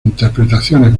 interpretaciones